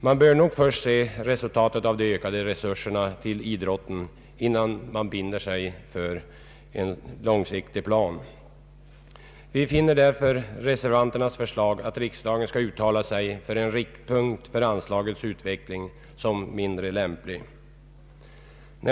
Man bör nog se resultatet av de nu ökade resurserna till idrotten innan man binder sig för en långsiktig plan. Vi finner därför reservanternas förslag, att riksdagen skall uttala sig för en riktpunkt för anslagets utveckling, mindre lämpligt.